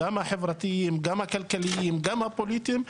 גם החברתיים וגם הפוליטיים,